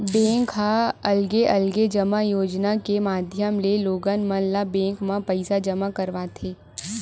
bank ह अलगे अलगे जमा योजना के माधियम ले लोगन मन ल बेंक म पइसा जमा करवाथे